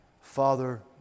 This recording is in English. Father